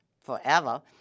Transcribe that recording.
forever